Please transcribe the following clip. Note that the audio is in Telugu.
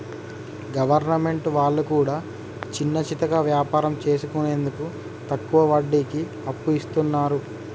గవర్నమెంట్ వాళ్లు కూడా చిన్నాచితక వ్యాపారం చేసుకునేందుకు తక్కువ వడ్డీకి అప్పు ఇస్తున్నరు